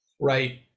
Right